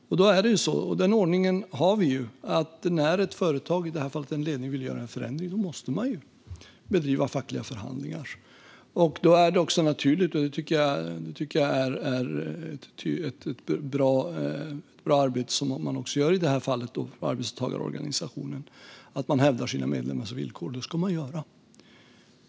Vi har den ordningen att när ett företag, i det här fallet en ledning, vill göra en förändring måste man bedriva fackliga förhandlingar. Då är det också naturligt - och i detta fall tycker jag att man gör ett bra arbete på arbetstagarorganisationen - att man hävdar sina medlemmars villkor; det ska man göra.